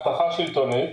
הבטחה שלטונית,